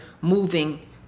moving